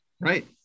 Right